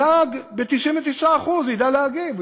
הנהג ב-99% ידע להגיב.